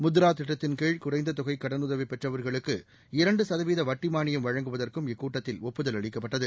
முத்ரா திட்டத்தின்கீழ் குறைந்த தொகை கடனுதவி பெற்றவர்களுக்கு இரண்டு சதவீத வட்டி மானியம் வழங்குவதற்கும் இக்கூட்டத்தில் ஒப்புதல் அளிக்கப்பட்டது